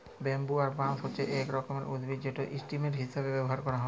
bamboo বা বাঁশ হছে ইক রকমের উদ্ভিদ যেট ইসটেম হিঁসাবে ব্যাভার ক্যারা হ্যয়